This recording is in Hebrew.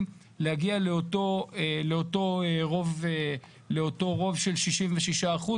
להגיע לאותו רוב של שישים ושישה אחוז,